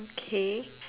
okay